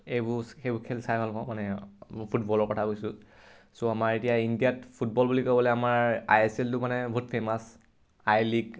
এইবোৰ সেইবোৰ খেল চাই ভাল পাওঁ মানে ফুটবলৰ কথা কৈছোঁ চ' আমাৰ এতিয়া ইণ্ডিয়াত ফুটবল বুলি ক'বলৈ আমাৰ আই এছ এলটো মানে বহুত ফেমাছ আই লীগ